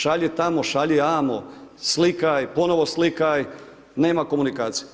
Šalji tamo, šalji amo, slikaj, ponovno slikaj, nema komunikacije.